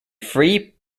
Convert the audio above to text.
free